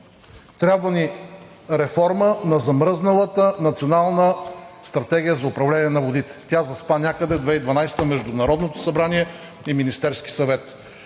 трябва ни реформа на замръзналата Национална стратегия за управление на водите. Тя заспа някъде 2012 г. между Народното събрание и Министерския съвет.